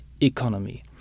economy